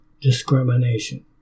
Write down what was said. discrimination